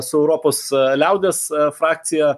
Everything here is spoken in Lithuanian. su europos liaudies frakcija